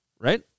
Right